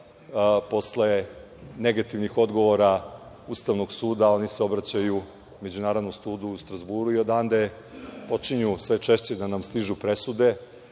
posle negativnih odgovora Ustavnog suda oni se obraćaju Međunarodnom sudu u Strazburu i odande počinju sve češće da nam stižu presude